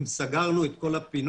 אם סגרנו את כל הפינות